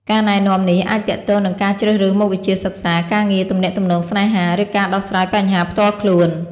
ការណែនាំនេះអាចទាក់ទងនឹងការជ្រើសរើសមុខវិជ្ជាសិក្សា ការងារ ទំនាក់ទំនងស្នេហា ឬការដោះស្រាយបញ្ហាផ្ទាល់ខ្លួន។